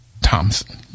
Thompson